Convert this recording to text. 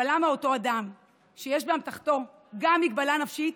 אבל למה אותו אדם שיש באמתחתו גם מגבלה נפשית,